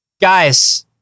guys